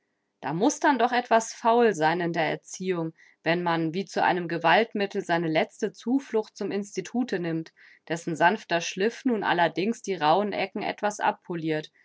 da muß denn doch etwas faul sein in der erziehung wenn man wie zu einem gewaltmittel seine letzte zuflucht zum institute nimmt dessen sanfter schliff nun allerdings die rauhen ecken etwas abpolirt